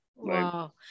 Wow